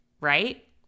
right